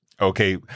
Okay